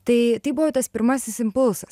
tai tai buvo tas pirmasis impulsas